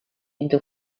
into